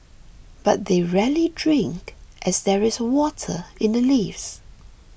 but they rarely drink as there is water in the leaves